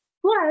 Plus